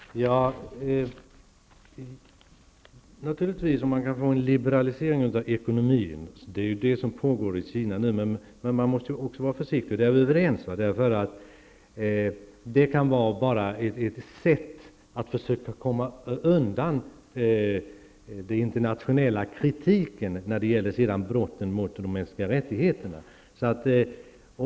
Fru talman! Naturligtvis är det önskvärt med en liberalisering av ekonomin, och det är ju vad som pågår i Kina nu. Men man måste vara försiktig, eftersom detta kan vara ett sätt att försöka komma undan den internationella kritiken mot brotten mot de mänskliga rättigheterna. Detta är vi överens om.